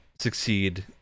succeed